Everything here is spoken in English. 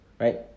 right